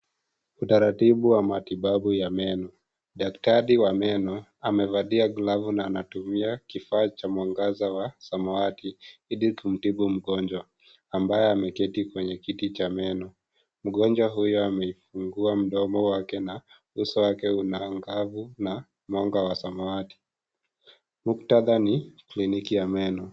Utaratibu wa matibabu ya meno . Daktari wa meno amevalia glavu na anatumia kifaa cha mwangaza samawati ili kumtibu mgonjwa ambaye ameketi kwenye kiti cha meno . Mgonjwa huyu amefungua mdomo wake na uso wake una angavu na mwanga wa samawati . Muktadha ni kliniki ya meno.